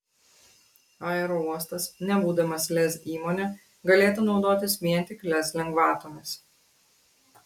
aerouostas nebūdamas lez įmone galėtų naudotis vien tik lez lengvatomis